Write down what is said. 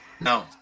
No